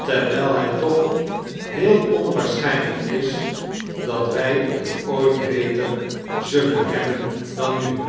terwijl het toch heel onwaarschijnlijk is dat wij t ooit beter zullen hebben dan nu